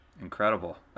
Incredible